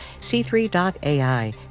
C3.AI